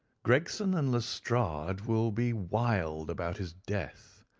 gregson and lestrade will be wild about his death,